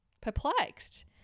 perplexed